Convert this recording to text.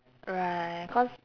right cause